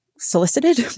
solicited